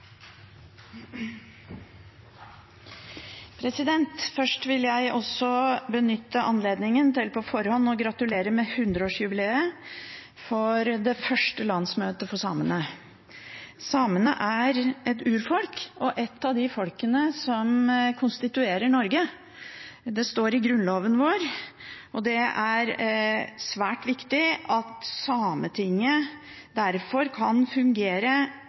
Først vil jeg også benytte anledningen til på forhånd å gratulere med 100-årsjubileet for det første landsmøtet for samene. Samene er et urfolk og et av de folkene som konstituerer Norge. Det står i Grunnloven vår, og det er svært viktig at Sametinget derfor kan fungere